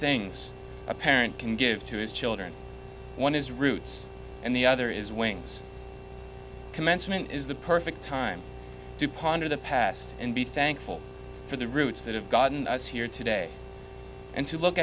things a parent can give to his children one is roots and the other is wings commencement is the perfect time to ponder the past and be thankful for the roots that have gotten us here today and to look